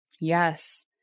Yes